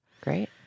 Great